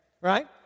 right